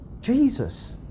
Jesus